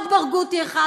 עוד ברגותי אחד.